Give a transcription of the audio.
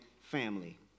family